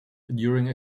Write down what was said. during